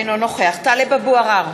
אינו נוכח טלב אבו עראר,